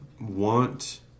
want